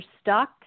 stuck